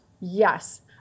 yes